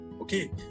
okay